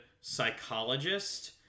psychologist